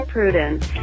Prudence